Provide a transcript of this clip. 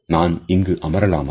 நான் இங்கு அமரலாமா